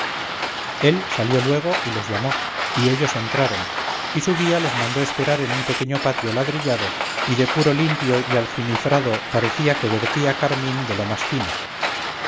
él salió luego y los llamó y ellos entraron y su guía les mandó esperar en un pequeño patio ladrillado y de puro limpio y aljimifrado parecía que vertía carmín de lo más fino